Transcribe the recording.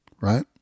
Right